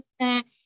assistant